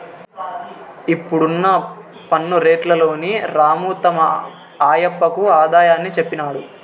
ఇప్పుడున్న పన్ను రేట్లలోని రాము తమ ఆయప్పకు ఆదాయాన్ని చెప్పినాడు